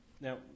Now